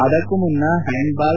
ಅದಕ್ಕೂ ಮುನ್ನ ಪ್ವಾಂಡ್ಬಾಲ್